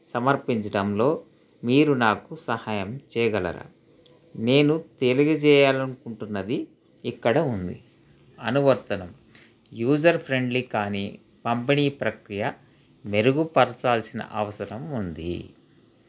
సమర్పించడంలో మీరు నాకు సహాయం చేయగలరా నేను తెలియజేయాలనుకుంటున్నది ఇక్కడ ఉంది అనువర్తనం యూజర్ ఫ్రెండ్లీ కానీ పంపిణీ ప్రక్రియ మెరుగుపరచాల్సిన అవసరం ఉంది